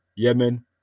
Yemen